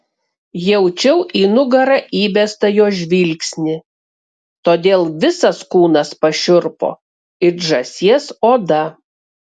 jaučiau į nugarą įbestą jo žvilgsnį todėl visas kūnas pašiurpo it žąsies oda